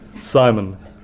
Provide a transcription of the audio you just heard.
Simon